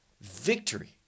Victory